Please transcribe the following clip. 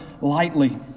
lightly